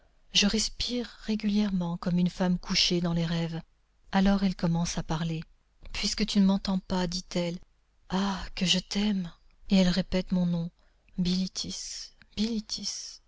je respire régulièrement comme une femme couchée dans les rêves alors elle commence à parler puisque tu ne m'entends pas dit-elle ah que je t'aime et elle répète mon nom